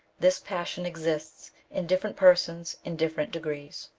this passion exists in different persons in different degrees.